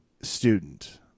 student